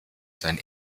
sein